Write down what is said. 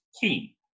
key